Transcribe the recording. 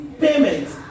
payments